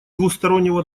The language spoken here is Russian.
двустороннего